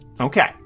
Okay